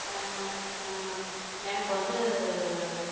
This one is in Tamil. நான் எனக்கு வந்து